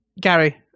Gary